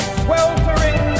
sweltering